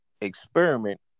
experiment